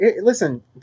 listen